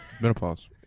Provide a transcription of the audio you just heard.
menopause